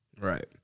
Right